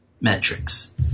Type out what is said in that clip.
metrics